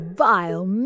vile